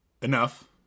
Enough